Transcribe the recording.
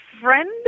friend